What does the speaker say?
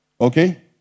okay